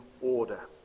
order